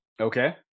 Okay